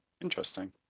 Interesting